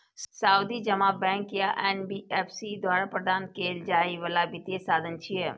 सावधि जमा बैंक या एन.बी.एफ.सी द्वारा प्रदान कैल जाइ बला वित्तीय साधन छियै